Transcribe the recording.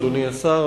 אדוני השר,